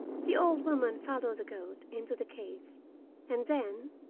the old woman followed the goat into the cave and then,